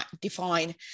define